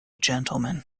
gentleman